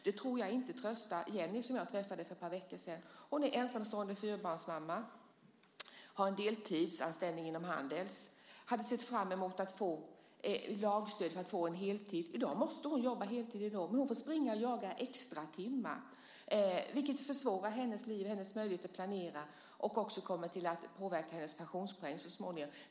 Detta tror jag inte tröstar Jenny, som jag träffade för ett par veckor sedan. Hon är ensamstående fyrabarnsmamma som har en deltidsanställning inom Handels. Hon hade sett fram emot att få lagstöd för att få en heltidsanställning. I dag måste hon jobba heltid, men hon får springa och jaga extratimmar, vilket försvårar hennes liv och hennes möjligheter att planera. Det kommer också att påverka hennes pensionspoäng så småningom.